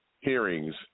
hearings